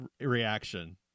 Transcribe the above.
reaction